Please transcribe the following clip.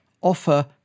offer